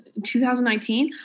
2019